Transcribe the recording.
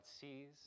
sees